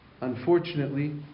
unfortunately